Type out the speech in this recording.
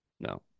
No